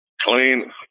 Clean